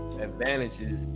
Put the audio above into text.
advantages